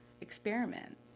experiment